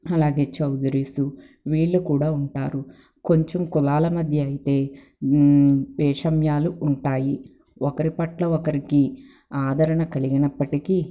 అలాగే చౌదరీసు వీళ్ళు కూడా ఉంటారు కొంచెం కులాల మధ్య అయితే భేషమ్యాలు ఉంటాయి ఒకరి పట్ల ఒకరికి ఆదరణ కలిగినప్పటికీ